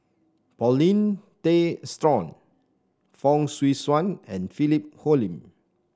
Paulin Tay Straughan Fong Swee Suan and Philip Hoalim